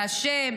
בהשם,